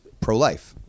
pro-life